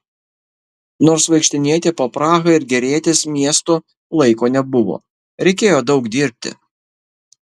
nors vaikštinėti po prahą ir gėrėtis miestu laiko nebuvo reikėjo daug dirbti